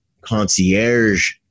concierge